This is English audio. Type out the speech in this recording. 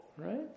Right